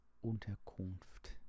Unterkunft